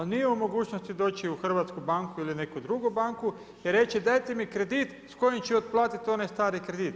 Pa nije u mogućnosti doći u hrvatsku banku ili neku drugu banku i reći dajte mi kredit s kojim ću otplatiti onaj stari kredit.